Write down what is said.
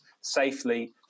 safely